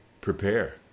prepare